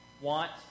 want